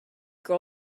girl